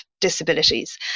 disabilities